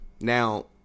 Now